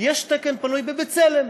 יש תקן פנוי ב"בצלם",